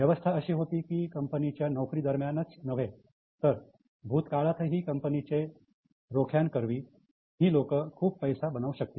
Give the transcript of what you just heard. व्यवस्था अशी होती की कंपनीच्या नोकरी दरम्यानच नव्हे तर भूतकाळातही कंपनीच्या रोखे करवी ही लोक खूप पैसा बनवू शकतील